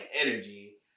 energy